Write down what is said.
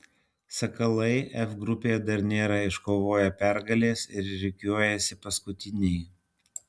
sakalai f grupėje dar nėra iškovoję pergalės ir rikiuojasi paskutiniai